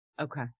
Okay